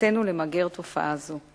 וחובתנו למגר תופעה זו.